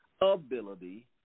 ability